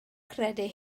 credu